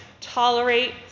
tolerate